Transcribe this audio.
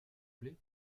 plait